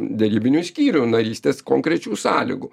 derybinių skyrių narystės konkrečių sąlygų